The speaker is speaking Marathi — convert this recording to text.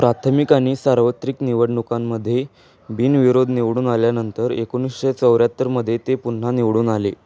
प्राथमिक आणि सार्वत्रिक निवडणुकांमध्ये बिनविरोध निवडून आल्यानंतर एकोणीसशे चौऱ्याहत्तरमध्ये ते पुन्हा निवडून आले